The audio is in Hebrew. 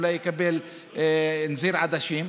אולי יקבל נזיד עדשים,